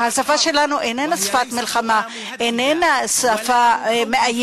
והשפה שלנו איננה שפת מלחמה,